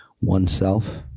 oneself